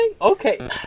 Okay